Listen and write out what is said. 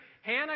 Hannah